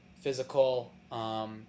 physical